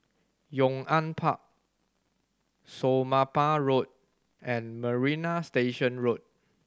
Yong An Park Somapah Road and Marina Station Road